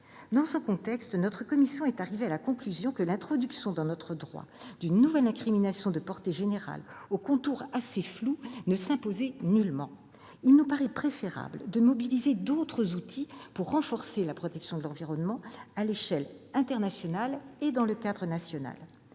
Dans ce contexte, notre commission est arrivée à la conclusion que l'introduction dans notre droit d'une nouvelle incrimination de portée générale, aux contours assez flous, ne s'imposait nullement. Il nous paraît préférable de mobiliser d'autres outils pour renforcer la protection de l'environnement, à l'échelle internationale et dans le cadre national.